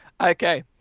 okay